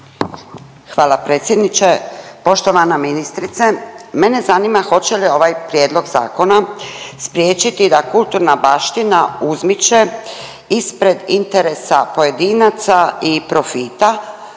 Hvala predsjedniče. Poštovana ministrice mene zanima hoće li ovaj prijedlog zakona spriječiti da kulturna baština uzmiče ispred interesa pojedinaca i profita